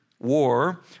war